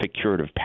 curative